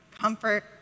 comfort